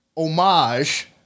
homage